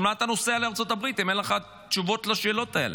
מה אתה נוסע לארצות הברית אם אין לך תשובות לשאלות האלה,